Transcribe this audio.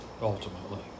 ultimately